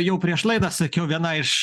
jau prieš laidą sakiau viena iš